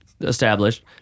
established